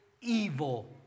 evil